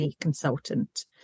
consultant